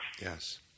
Yes